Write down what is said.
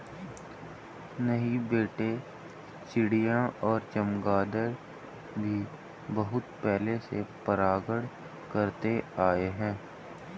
नहीं बेटे चिड़िया और चमगादर भी बहुत पहले से परागण करते आए हैं